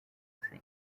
scene